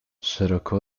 szeroko